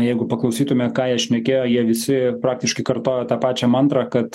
jeigu paklausytume ką jie šnekėjo jie visi praktiškai kartojo tą pačią mantrą kad